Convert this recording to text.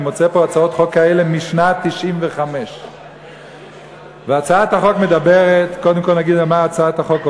אני מוצא פה הצעות חוק כאלה משנת 1995. קודם כול אני אגיד מה הצעת החוק אומרת,